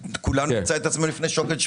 כולנו נמצא את עצמנו לפני שוקת שבורה.